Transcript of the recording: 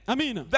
Amen